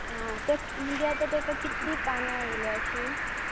आ तेक म्हणजे आतां तेका कितलीं पानां येयल्या अशीं